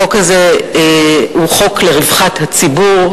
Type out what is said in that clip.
החוק הזה הוא חוק לרווחת הציבור,